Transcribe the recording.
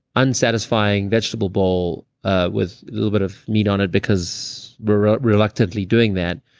unsatisfying vegetable bowl ah with a little bit of meat on it because we're reluctantly doing that,